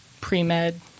pre-med